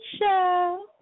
Show